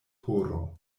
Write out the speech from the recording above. horo